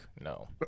no